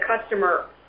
customer